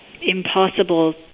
impossible